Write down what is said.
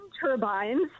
turbines